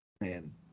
man